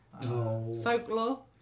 Folklore